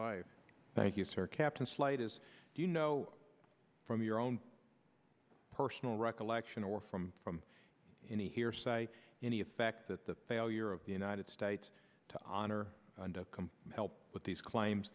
life thank you sir captain slight is do you know from your own personal recollection or from any hearsay any effect that the failure of the united states to honor and help with these claims